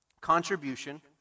contribution